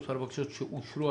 ומספר הבקשות שאושרו,